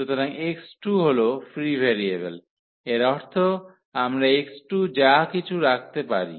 সুতরাং x2 হল free variable এর অর্থ আমরা x2 যা কিছু রাখতে পারি